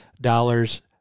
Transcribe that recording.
dollars